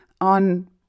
on